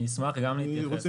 אני רוצה